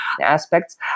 aspects